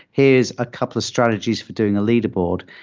here's a couple of strategies for doing a leaderboard.